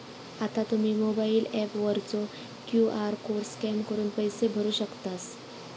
आता तुम्ही mobile app वरचो क्यू.आर कोड स्कॅन करून पैसे भरू शकतास